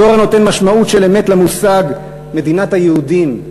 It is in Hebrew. דור הנותן משמעות של אמת למושג מדינת היהודים: